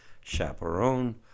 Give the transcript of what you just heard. chaperone